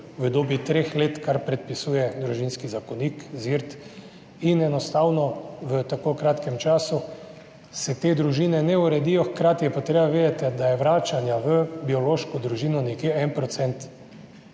v dobi treh let, kar predpisuje Družinski zakonik, ZIRD. Enostavno se v tako kratkem času te družine ne uredijo, hkrati je pa treba vedeti, da je vračanj v biološko družino nekje 1